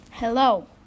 Hello